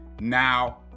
now